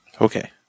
Okay